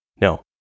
No